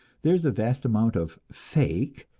there is a vast amount of fake,